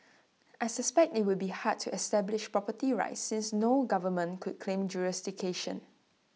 I suspect IT would be hard to establish property rights since no government could claim jurisdiction